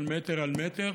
של מטר על מטר